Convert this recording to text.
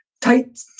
tight